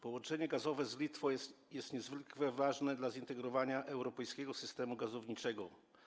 Połączenie gazowe z Litwą jest niezwykle ważne dla zintegrowania europejskiego systemu gazowniczego.